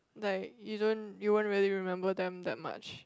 like you don't you won't really remember them that much